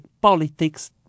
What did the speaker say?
politics